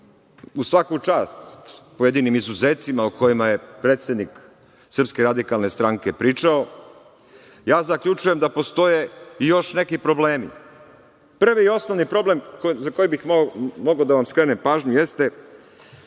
uz svaku čast pojedinim izuzecima o kojima je predsednik SRS pričao, zaključujem da postoje još neki problemi. Prvi i osnovni problem za koji bih mogao da vam skrenem pažnju jeste,